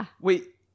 Wait